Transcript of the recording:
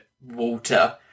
water